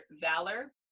Valor